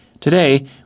Today